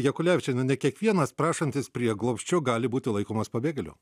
jakulevičiene ne kiekvienas prašantis prieglobsčio gali būti laikomas pabėgėliu